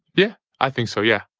yeah, i think so. yeah.